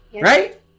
right